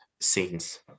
scenes